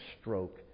stroke